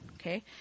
okay